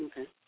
Okay